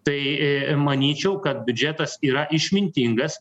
tai manyčiau kad biudžetas yra išmintingas